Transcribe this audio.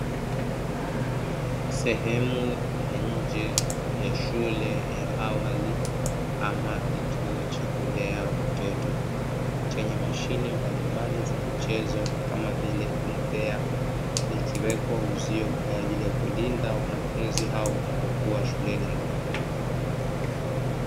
Sehemu ya nje ya shule ya awali ama kituo cha kulea watoto, chenye mashine mbalimbali za michezo kama vile bembea, likiwepo uzio kwa ajili ya kulinda wanafunzi hao wanapokuwa shuleni hapo.